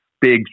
big